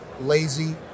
lazy